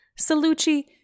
Salucci